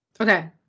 Okay